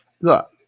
Look